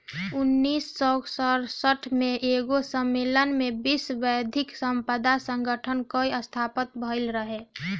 उन्नीस सौ सड़सठ में एगो सम्मलेन में विश्व बौद्धिक संपदा संगठन कअ स्थापना भइल रहे